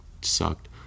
Sucked